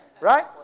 Right